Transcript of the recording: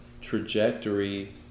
trajectory